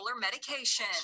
medication